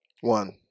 One